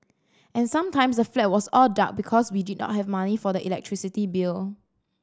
and sometimes the flat was all dark because we did not have money for the electricity bill